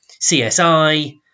CSI